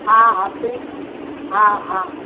हा हा फ्री हा हा